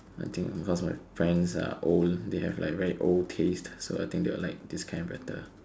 I think because my friends are old they have like very old taste so I think they will like this kind better